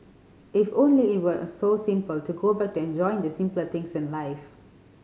if only it were a so simple to go back to enjoying the simpler things in life